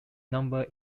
number